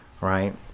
right